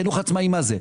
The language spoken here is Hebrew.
החינוך העצמאי מה זה?